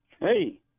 Hey